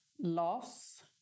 loss